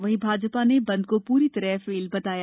वहीं भाजपा ने बंद को पूरी तरह फेल बताया